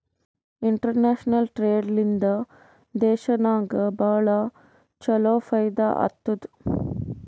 international trade ಲಿಂದಾ ದೇಶನಾಗ್ ಭಾಳ ಛಲೋ ಫೈದಾ ಆತ್ತುದ್